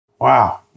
Wow